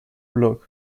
blog